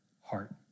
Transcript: heart